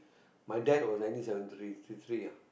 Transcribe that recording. my dad was nineteen seventy three ah